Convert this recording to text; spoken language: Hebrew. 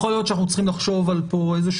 יכול להיות שאנחנו צריכים לחשוב פה על תיאום